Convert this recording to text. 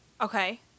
Okay